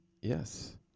yes